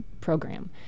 program